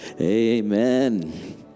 amen